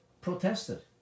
protested